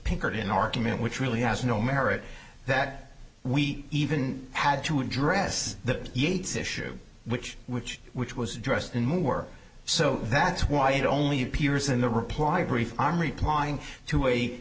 pinkerton argument which really has no merit that we even had to address the yates issue which which which was dressed in more so that's why it only appears in the reply brief arm replying to